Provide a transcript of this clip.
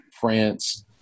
France